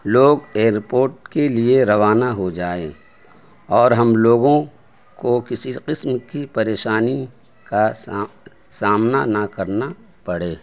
لوگ airport کے لیے روانہ ہو جائیں اور ہم لوگوں کو کسی قسم کی پریشانی کا سامنا نہ کرنا پڑے